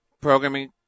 Programming